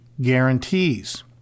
guarantees